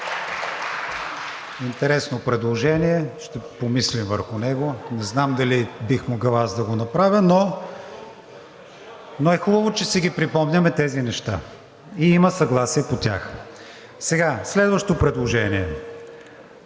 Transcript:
Интересно предложение – ще помислим върху него. Не знам дали бих могъл аз да го направя, но е хубаво, че си припомняме тези неща и има съгласие по тях. Сега, следващо предложение.